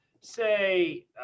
say